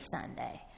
Sunday